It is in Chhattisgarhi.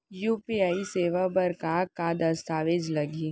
यू.पी.आई सेवा बर का का दस्तावेज लागही?